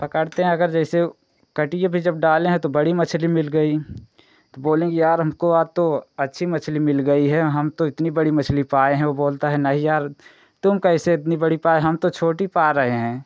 पकड़ते हैं अगर जैसे उ कटिया पर जब डाले हैं तो बड़ी मछली मिल गई तो बोलेंगे यार हमको आ तो अच्छी मछली मिल गई है और हम तो इतनी बड़ी मछली पाए हैं वह बोलता है नहीं यार तुम कैसे इतनी बड़ी पाए हम तो छोटी पा रहे हैं